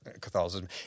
Catholicism